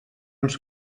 uns